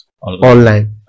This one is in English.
online